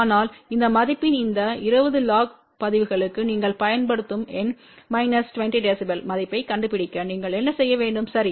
அதனால் இந்த மதிப்பின் இந்த 20 log பதிவுகளுக்கு நீங்கள் பயன்படுத்தும் எண் மைனஸ் 20 dB மதிப்பைக் கண்டுபிடிக்க நீங்கள் என்ன செய்ய வேண்டும் சரி